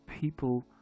people